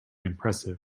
impressive